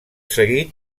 seguit